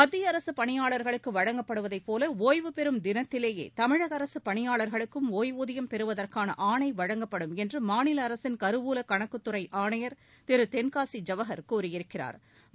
மத்திய அரசு பணியாளர்களுக்கு வழங்கப்படுவதைப் போல ஓய்வுப்பெறும் தினத்திலேயே தமிழக அரசு பணியாள்களுக்கும் ஓய்வூதியம் பெறுவதற்கான ஆணை வழங்கப்படும் என்று மாநில அரசின் கருவூல கணக்குத் துறை ஆணையா் திரு தென்காசி ஜவஹா் கூறியிருக்கிறாா்